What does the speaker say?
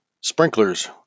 sprinklers